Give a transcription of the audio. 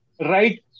right